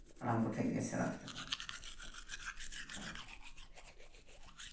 ᱦᱟᱲᱟᱢ ᱠᱚᱴᱷᱮᱡ ᱜᱮ ᱥᱮᱬᱟ ᱠᱟᱛᱷᱟ ᱠᱚ ᱵᱟᱲᱟᱭᱟ